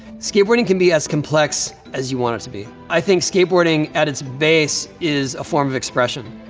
skateboarding can be as complex as you want it to be. i think skateboarding, at its base, is a form of expression.